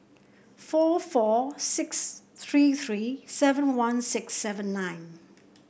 four four six three three seven one six seven nine